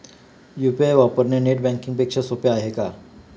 UPI वापरणे net banking पेक्षा सोपे आहे का?